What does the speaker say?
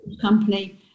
company